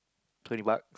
twenty buck